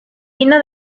vino